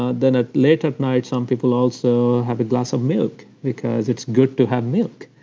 ah then, ah late at night, some people also have a glass of milk, because it's good to have milk.